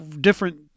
different